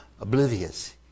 oblivious